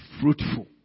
fruitful